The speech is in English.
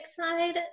side